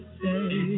say